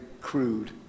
crude